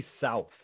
South